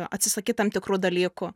atsisakyt tam tikrų dalykų